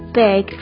big